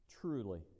Truly